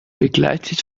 begleitet